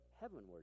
heavenward